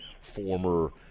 former